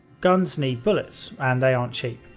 guns need bullets and they aren't cheap.